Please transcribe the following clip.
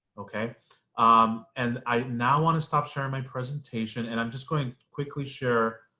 okay um and i now want to stop sharing my presentation and i'm just going to quickly share